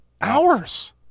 hours